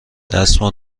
دستمال